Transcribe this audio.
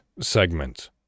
segment